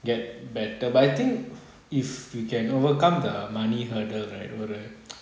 get better but I think if you can overcome the money hurdle right ஒரு:oru